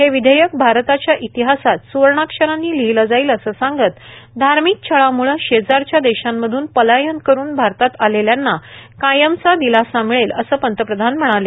हे विधेयक भारताच्या इतिहासात सुवर्णाक्षरांनी लिहिलं जाईल असं सांगत धार्मिक छळामुळे शेजारच्या देशांमधून पलायन करून भारतात आलेल्यांना कायमचा दिलासा मिळेल असं पंतप्रधान म्हणाले